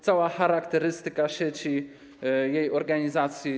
Cała charakterystyka sieci, jej organizacji.